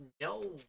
no